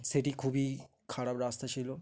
সেটি খুবই খারাপ রাস্তা ছিল